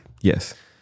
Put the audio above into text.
Yes